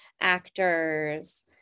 actors